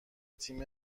تیم